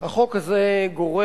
החוק הזה גורר,